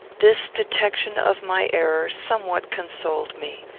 this detection of my error somewhat consoled me.